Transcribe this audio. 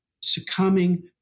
succumbing